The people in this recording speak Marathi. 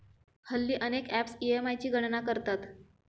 हल्ली अनेक ॲप्स ई.एम.आय ची गणना करतात